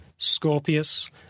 Scorpius